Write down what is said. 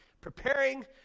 preparing